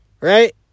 right